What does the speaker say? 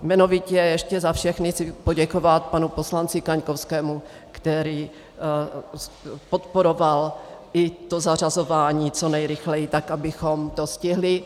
Jmenovitě ještě za všechny chci poděkovat panu poslanci Kaňkovskému, který podporoval i to zařazování co nejrychleji, tak abychom to stihli.